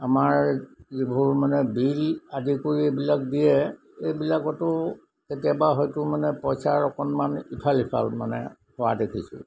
আমাৰ যিবোৰ মানে বিল আদি কৰি এইবিলাক দিয়ে এইবিলাকতো কেতিয়াবা হয়তো মানে পইচাৰ অকণমান ইফাল সিফাল মানে হোৱা দেখিছোঁ